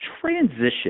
Transition